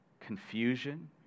confusion